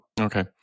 Okay